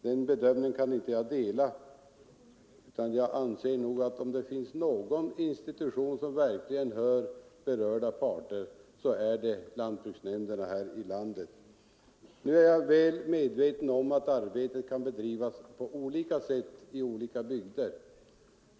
Den bedömningen kan jag icke dela, utan jag anser att om det finns någon institution som hör berörda parter så är det lantbruksnämnderna här i landet. Jag är väl medveten om att arbetet kan bedrivas på olika sätt i olika bygder.